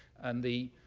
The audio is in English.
and the